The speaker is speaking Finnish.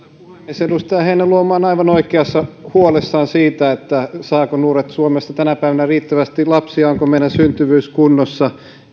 puhemies edustaja heinäluoma on aivan oikein huolissaan siitä saavatko nuoret suomessa tänä päivänä riittävästi lapsia onko meidän syntyvyys kunnossa